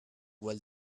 while